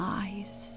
eyes